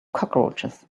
cockroaches